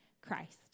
Christ